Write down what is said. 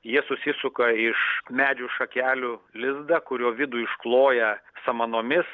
jie susisuka iš medžių šakelių lizdą kurio vidų iškloja samanomis